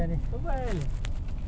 hopefully yang paket ni ada sambal lah